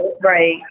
Right